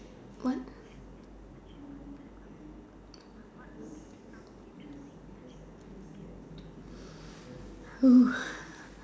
what